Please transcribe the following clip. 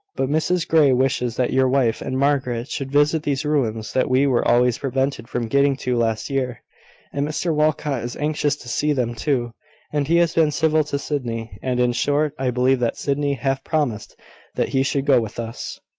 but mrs grey wishes that your wife and margaret should visit these ruins that we were always prevented from getting to last year and mr walcot is anxious to see them too and he has been civil to sydney and, in short, i believe that sydney half promised that he should go with us.